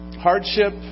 hardship